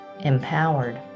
empowered